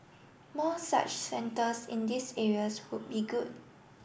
more such centres in these areas would be good